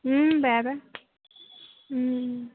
বেয়া বেয়া